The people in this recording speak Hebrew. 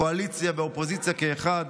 קואליציה ואופוזיציה כאחד,